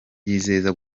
yizeza